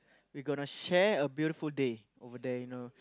we gonna share a beautiful day over there you know